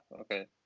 okay